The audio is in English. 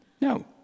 No